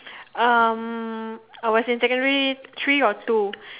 um I was in secondary three or two